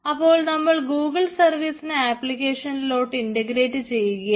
അപ്പോൾ നമ്മൾ ഗൂഗിൾ സർവീസിനെ ആപ്പിക്കേഷനിലോട്ട് ഇൻഡഗ്രേറ്റ് ചെയ്യുകയാണ്